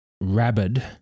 rabid